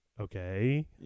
okay